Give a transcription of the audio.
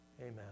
Amen